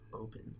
open